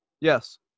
Yes